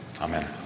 Amen